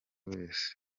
wese